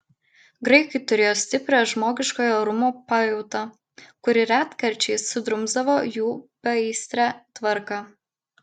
graikai turėjo stiprią žmogiškojo orumo pajautą kuri retkarčiais sudrumsdavo jų beaistrę tvarką